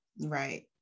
Right